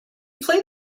played